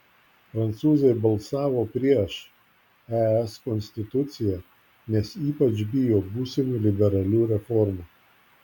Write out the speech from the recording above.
prancūzai balsavo prieš es konstituciją nes ypač bijo būsimų liberalių reformų